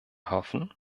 hoffen